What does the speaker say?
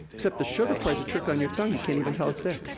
except the sugar plays a trick on your tongue, you can't even tell it's there.